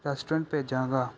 restaurant ਭੇਜਾਂਗਾ